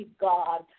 God